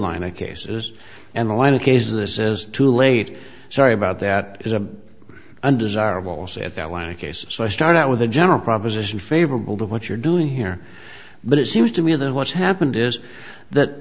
line i cases and the line of cases this is too late sorry about that is a undesirable set their line of cases so i start out with a general proposition favorable to what you're doing here but it seems to me then what's happened is that